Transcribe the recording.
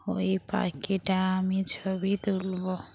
ওই পাখিটার আমি ছবি তুলব